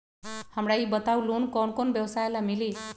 हमरा ई बताऊ लोन कौन कौन व्यवसाय ला मिली?